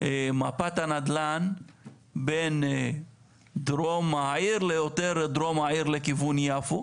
מפת הנדל"ן בין דרום העיר ליותר דרום העיר לכיוון יפו.